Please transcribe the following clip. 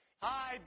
Hi